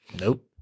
Nope